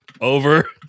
over